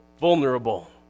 vulnerable